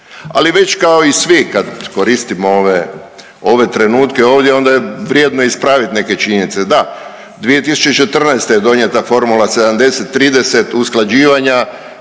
Ali već kao i svi kad koristimo ove, ove trenutke ovdje onda je vrijedno ispraviti neke činjenice. Da, 2014. je donijeta formula 70 30 usklađivanja,